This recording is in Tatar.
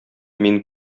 мин